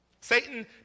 Satan